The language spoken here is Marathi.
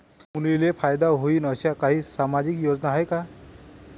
मुलींले फायदा होईन अशा काही सामाजिक योजना हाय का?